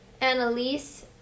Annalise